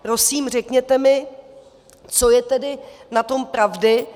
Prosím, řekněte mi, co je tedy na tom pravdy.